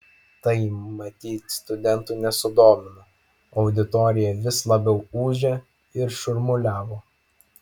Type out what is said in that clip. tai matyt studentų nesudomino auditorija vis labiau ūžė ir šurmuliavo